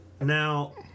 now